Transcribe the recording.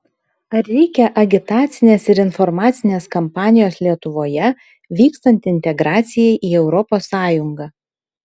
ar reikia agitacinės ir informacinės kampanijos lietuvoje vykstant integracijai į europos sąjungą